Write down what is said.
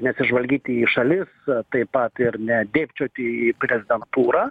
nesižvalgyti į šalis taip pat ir nedėbčioti į prezidentūrą